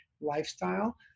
lifestyle